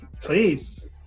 please